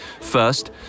First